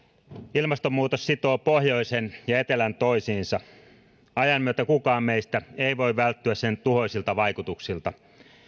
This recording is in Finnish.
ilmastonmuutos sitoo pohjoisen ja etelän toisiinsa ajan myötä kukaan meistä ei voi välttyä sen tuhoisilta vaikutuksilta